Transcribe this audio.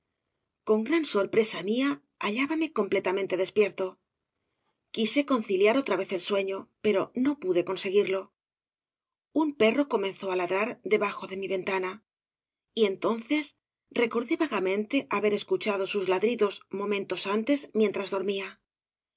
con gran sorpresa mía hallábame completamente despierto quise conciliar otra vez el sueño pero no pude conseguirlo un perro comenzó á ladrar debajo de mi ventana y entonces recordé vagamente haber escuchado sus ladridos momentos antes mientras dormía